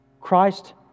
Christ